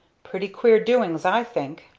pretty queer doings, i think!